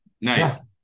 Nice